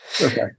Okay